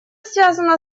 связано